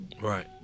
Right